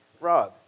Rob